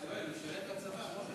הוא שירת בצבא.